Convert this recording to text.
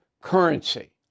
currency